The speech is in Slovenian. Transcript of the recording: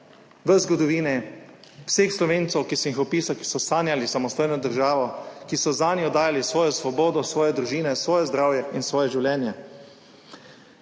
v zgodovini, vseh Slovencev, ki sem jih opisal, ki so sanjali samostojno državo, ki so zanjo dajali svojo svobodo, svoje družine, svoje zdravje in svoje življenje.